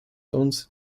uns